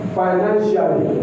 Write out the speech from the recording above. financially